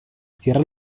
cierra